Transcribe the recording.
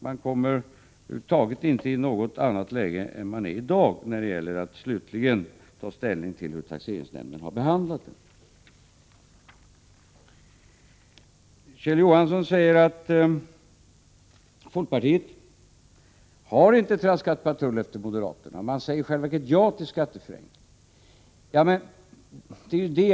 Man kommer över huvud taget inte att befinna sig i något annat läge än i dag när det gäller att slutligt ta ställning till hur taxeringsnämnden har behandlat en. Kjell Johansson säger att folkpartiet inte har traskat patrull efter moderaterna utan i själva verket säger ja till skatteförenklingen.